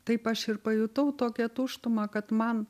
taip aš ir pajutau tokią tuštumą kad man